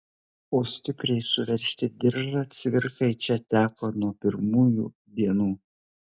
o stipriai suveržti diržą cvirkai čia teko nuo pirmųjų dienų